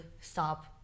stop